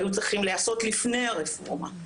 היו צריכים להיעשות לפני הרפורמה.